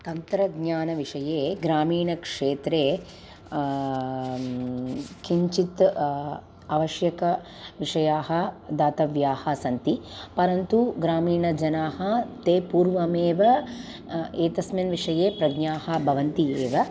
तन्त्रज्ञानविषये ग्रामीणक्षेत्रे किञ्चित् आवश्यकविषयाः दातव्याः सन्ति परन्तु ग्रामीणजनाः ते पूर्वमेव एतस्मिन् विषये प्रज्ञाः भवन्ति एव